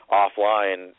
offline